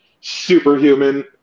superhuman